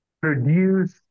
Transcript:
produce